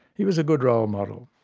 he was a good role model.